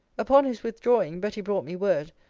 upon his withdrawing, betty brought me word,